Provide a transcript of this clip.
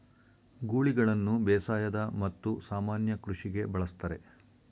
ಗೂಳಿಗಳನ್ನು ಬೇಸಾಯದ ಮತ್ತು ಸಾಮಾನ್ಯ ಕೃಷಿಗೆ ಬಳಸ್ತರೆ